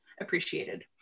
appreciated